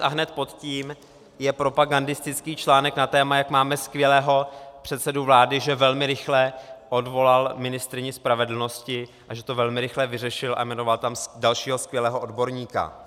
A hned pod tím je propagandistický článek na téma, jak máme skvělého předsedu vlády, že velmi rychle odvolal ministryni spravedlnosti, že to velmi rychle vyřešil a jmenoval tam dalšího skvělého odborníka.